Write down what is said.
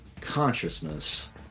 consciousness